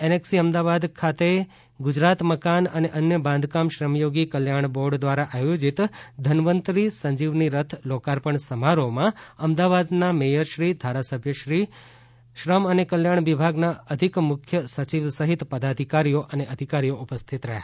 annexe Ahmedabad ખાતે ગુજરાત મકાન અને અન્ય બાંધકામ શ્રમયોગી કલ્યાણ બોર્ડ દ્વારા આયોજિત ધનવંતરી સંજીવની રથ લોકાર્પણ સમારોહમાં અમદાવાદના મેયરશ્રી ધારાસભ્યશ્રીઓ શ્રમ અને કલ્યાણ વિભાગના અધિક મુખ્ય સચિવ સહિત પદાધિકારીઓ અને અધિકારીઓ ઉપસ્થિત રહ્યા હતા